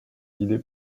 guidé